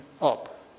up